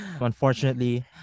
Unfortunately